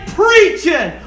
preaching